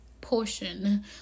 portion